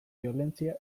biolentzia